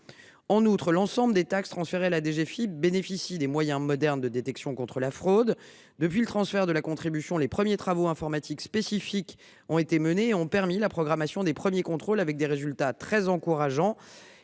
En outre, l’ensemble des taxes transférées à la DGFiP bénéficient désormais des moyens modernes de détection contre la fraude. Depuis le transfert de la contribution, des premiers travaux informatiques spécifiques ont d’ores et déjà été menés et ont permis la programmation des premiers contrôles, avec des résultats très encourageants.